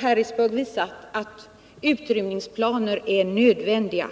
Harrisburg har visat att utrymningsplaner är nödvändiga.